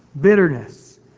bitterness